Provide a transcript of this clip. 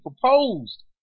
proposed